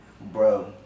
Bro